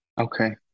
Okay